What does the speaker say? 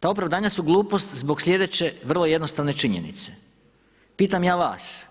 Ta opravdanja su glupost zbog sljedeće vrlo jednostavne činjenice, pitam ja vas,